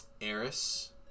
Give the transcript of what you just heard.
Eris